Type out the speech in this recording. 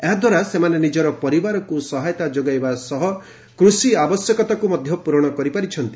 ଏହାଦ୍ୱାରା ସେମାନେ ନିଜର ପରିବାରକୁ ସହାୟତା ଯୋଗାଇବା ସହ କୃଷି ଆବଶ୍ୟକତାକୁ ମଧ୍ୟ ପ୍ରରଣ କରିପାରିଛନ୍ତି